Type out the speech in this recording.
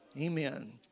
Amen